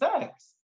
sex